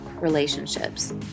relationships